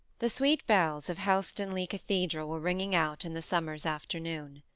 the sweet bells of helstonleigh cathedral were ringing out in the summer's afternoon.